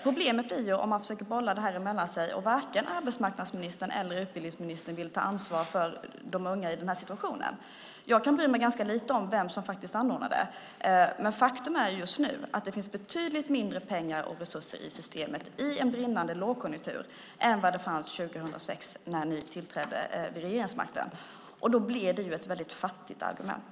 Problemet är om man försöker bolla detta mellan sig och varken arbetsmarknadsministern eller utbildningsministern vill ta ansvar för de unga i den här situationen. Jag kan bry mig ganska lite om vem som faktiskt anordnar det. Men faktum är att det just nu finns betydligt mindre pengar och resurser i systemet i en brinnande lågkonjunktur än vad det fanns år 2006 när ni tillträdde regeringsmakten. Det blir ett väldigt fattigt argument.